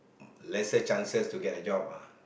lesser chances to get the job ah